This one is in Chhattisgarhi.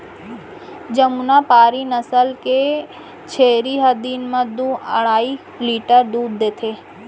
जमुनापारी नसल के छेरी ह दिन म दू अढ़ाई लीटर दूद देथे